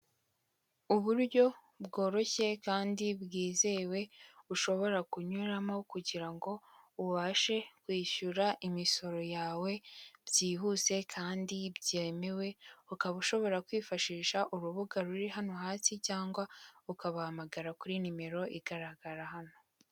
Uburyo bworoshye kandi bwizewe ushobora kunyuramo kugirango ubashe kwishyura imisoro yawe byihuse kandi byemewe, ukaba ushobora kwifashisha urubuga ruri hano hasi cyangwa ukabahamagara kuri nimero igaragara hano.